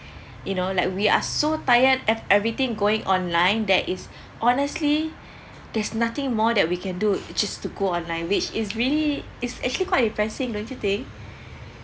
you know like we are so tired as everything going online there is honestly there's nothing more that we can do just to go online which is really it's actually quite depressing don't you think